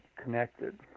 connected